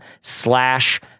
slash